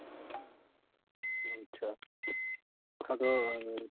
ᱟᱪᱪᱷᱟ ᱟᱫᱚ